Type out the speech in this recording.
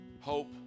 hope